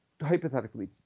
hypothetically